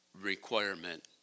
requirement